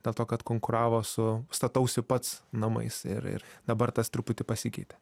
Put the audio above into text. dėl to kad konkuravo su statausi pats namais ir ir dabar tas truputį pasikeitė